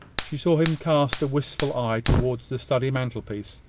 she saw him cast a wistful eye towards the study mantelpiece,